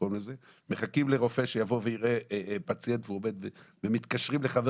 מחכים לרופא שיבוא ויראה פציינט ומתקשרים לחבר